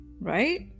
right